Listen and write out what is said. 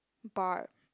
bar